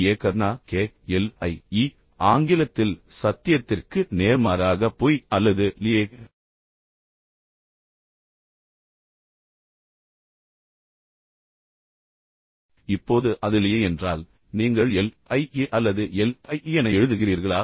ஏ கர்னா K L I E ஆங்கிலத்தில் சத்தியத்திற்கு நேர்மாறாக பொய் அல்லது லியே இப்போது அது லியெ என்றால் நீங்கள் l i e a அல்லது l i e எனா எழுதுகிறீர்களா